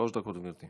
שלוש דקות, גברתי.